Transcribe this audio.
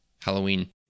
Halloween